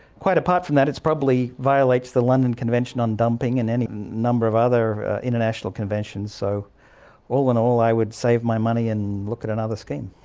quite apart from that, it probably violates the london convention on dumping and any number of other international conventions, so all in all i would save my money and look at another scheme.